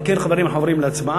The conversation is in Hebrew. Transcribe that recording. על כן, חברים, אנחנו עוברים להצבעה.